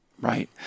Right